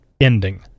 ending